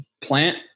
Plant